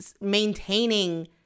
maintaining